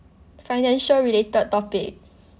financial related topic